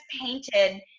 painted